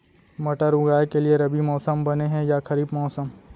मटर उगाए के लिए रबि मौसम बने हे या खरीफ मौसम?